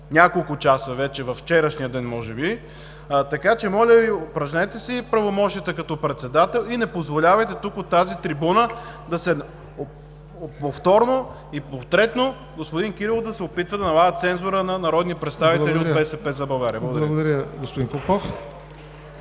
няколко часа във вчерашния ден, може би. Така че, моля Ви, упражнете си правомощията като Председател и не позволявайте тук, от тази трибуна, повторно и потретно господин Кирилов да се опитва да налага цензура на народни представители от „БСП за България“. Благодаря Ви.